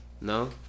No